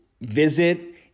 visit